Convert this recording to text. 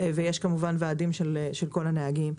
ויש כמובן ועדים של כל הנהגים.